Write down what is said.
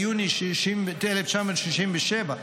ביוני 1967,